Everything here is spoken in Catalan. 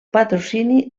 patrocini